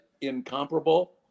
incomparable